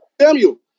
Samuel